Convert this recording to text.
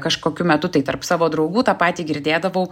kažkokiu metu tai tarp savo draugų tą patį girdėdavau